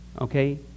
okay